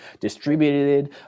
distributed